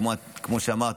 כמו שאמרת,